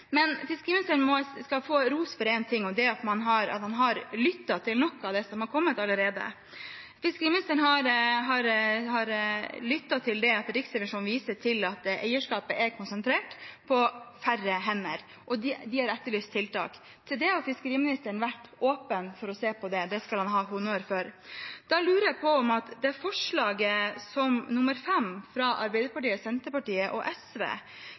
Men fiskeriministeren skal få ros for én ting, og det er at han har lyttet til noe av det som har kommet allerede. Fiskeriministeren har lyttet til Riksrevisjonen, som viser til at eierskapet er konsentrert på færre hender, og de har etterlyst tiltak. Det har fiskeriministeren vært åpen for å se på. Det skal han ha honnør for. Jeg lurer på om forslag nr. 5, fra Arbeiderpartiet, Senterpartiet og SV